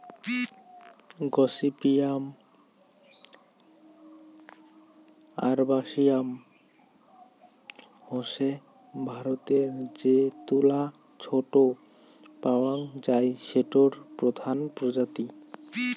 gossypium আরবাসিয়াম হসে ভারতরে যে তুলা টো পাওয়াং যাই সেটোর প্রধান প্রজাতি